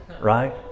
right